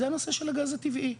זה הנושא של הגז הטבעי,